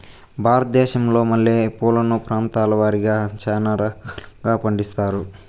భారతదేశంలో మల్లె పూలను ప్రాంతాల వారిగా చానా రకాలను పండిస్తారు